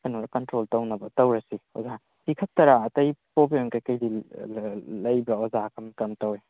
ꯀꯩꯅꯣ ꯀꯟꯇ꯭ꯔꯣꯜ ꯇꯧꯅꯕ ꯇꯧꯔꯁꯤ ꯑꯣꯖꯥ ꯁꯤ ꯈꯛꯇꯔ ꯑꯇꯩ ꯄ꯭ꯔꯣꯕ꯭ꯂꯦꯝ ꯀꯩꯀꯩꯗꯤ ꯂꯩꯕ꯭ꯔ ꯑꯣꯖꯥ ꯀꯔꯝ ꯀꯔꯝ ꯇꯧꯋꯤ